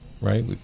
right